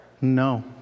No